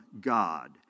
God